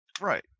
Right